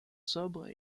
sobres